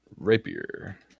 Rapier